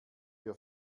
wir